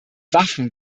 waffen